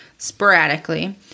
sporadically